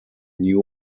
new